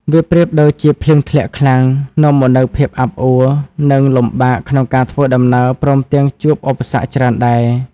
វាប្រៀបដូចជាភ្លៀងធ្លាក់ខ្លាំងនាំមកនូវភាពអាប់អួរ និងលំបាកក្នុងការធ្វើដំណើរព្រមទាំងជួបឧបសគ្គច្រើនដែរ។